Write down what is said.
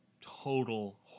total